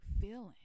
feeling